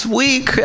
week